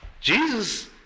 Jesus